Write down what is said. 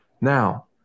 Now